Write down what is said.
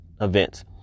events